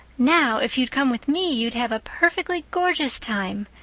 now, if you'd come with me you'd have a perfectly gorgeous time.